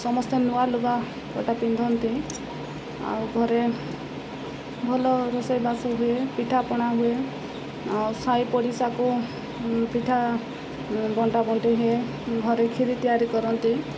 ସମସ୍ତେ ନୂଆ ଲୁଗାପଟା ପିନ୍ଧନ୍ତି ଆଉ ଘରେ ଭଲ ରୋଷେଇବାସ ହୁଏ ପିଠାପଣା ହୁଏ ଆଉ ସାହି ପଡ଼ିଶାକୁ ପିଠା ବଣ୍ଟା ବଣ୍ଟେଇ ହୁଏ ଘରେ ଖିରି ତିଆରି କରନ୍ତି